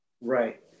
Right